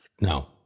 no